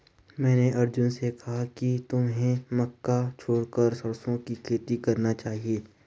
मैंने अर्जुन से कहा कि तुम्हें मक्का छोड़कर सरसों की खेती करना चाहिए